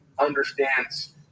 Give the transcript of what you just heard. understands